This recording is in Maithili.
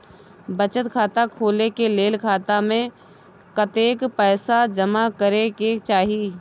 बचत खाता खोले के लेल खाता में कतेक पैसा जमा करे के चाही?